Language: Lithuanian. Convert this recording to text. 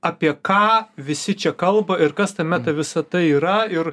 apie ką visi čia kalba ir kas ta meta visata yra ir